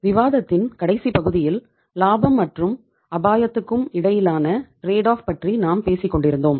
விவாதத்தின் கடைசி பகுதியில் லாபம் மற்றும் அபாயத்துக்கும் இடையிலான ட்ரேட்டு ஆப் பற்றி நாம் பேசிக் கொண்டிருந்தோம்